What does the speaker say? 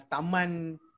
Taman